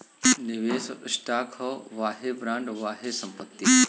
निवेस स्टॉक ह वाहे बॉन्ड, वाहे संपत्ति